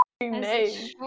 name